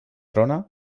trona